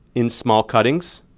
in small cuttings,